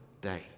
day